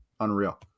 unreal